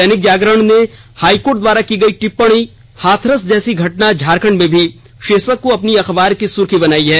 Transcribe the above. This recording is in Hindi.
दैनिक जागरण ने हाईकोर्ट द्वारा की गई टिप्पणी हाथरस जैसी घटना झारखंड में भी भीर्शक को अपने अखबार की सुर्खिया बनाई है